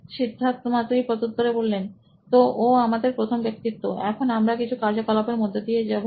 Siddharth Maturi C E O নোইন electronics তো ও আমাদের প্রথম ব্যক্তিত্ব এখন আমরা কিছু কার্যকলাপের মধ্যে যাবো